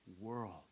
world